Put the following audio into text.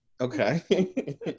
okay